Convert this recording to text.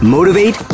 Motivate